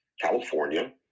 California